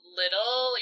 little